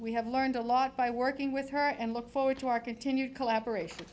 we have learned a lot by working with her and look forward to our continued collaboration